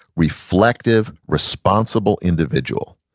reflective, responsible individual.